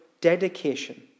dedication